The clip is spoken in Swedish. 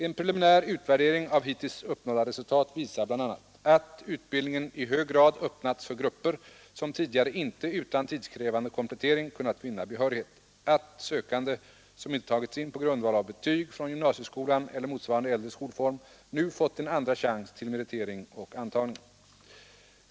En preliminär utvärdering av hittills uppnådda resultat visar bl.a. att utbildningen i hög grad öppnats för grupper som tidigare inte utan tidskrävande komplettering kunnat vinna behörighet och att sökande som inte tagits in på grundval av betyg från gymnasieskolan eller motsvarande äldre skolform nu fått en andra chans till meritering och antagning.